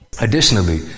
Additionally